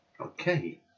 Okay